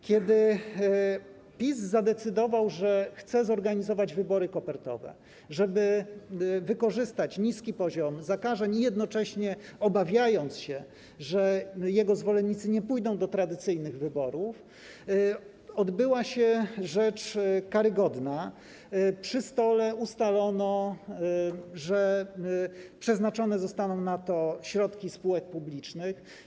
Kiedy PiS zadecydował, że chce zorganizować wybory kopertowe, żeby wykorzystać niski poziom zakażeń, jednocześnie obawiając się, że jego zwolennicy nie pójdą do tradycyjnych wyborów, odbyła się rzecz karygodna: przy stole ustalono, że przeznaczone na to zostaną środki spółek publicznych.